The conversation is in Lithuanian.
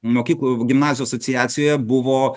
mokyklų gimnazijų asociacija buvo